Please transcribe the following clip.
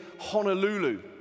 Honolulu